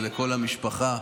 ולכל המשפחה,